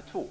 1 dollar.